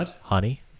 honey